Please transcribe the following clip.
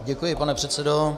Děkuji, pane předsedo.